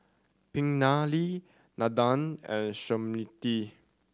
Pingali Nandan and Smriti